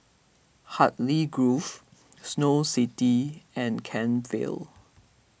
Hartley Grove Snow City and Kent Vale